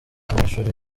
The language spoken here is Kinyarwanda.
y’amashuri